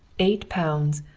eight pounds.